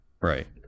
Right